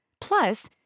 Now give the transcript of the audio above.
Plus